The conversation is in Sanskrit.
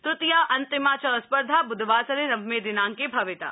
तृतीया अन्तिमा च स्पर्धा बुधवासरे नवमे दिनांके भविता